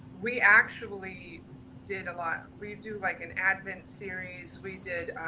we actually did a lot, we do like an advent series. we did,